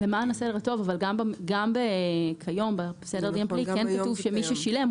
גם כיום בסדר הדין הפלילי כן כתוב שמי ששילם,